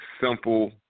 simple